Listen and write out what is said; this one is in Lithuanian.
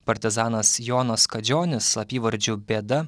partizanas jonas kadžionis slapyvardžiu bėda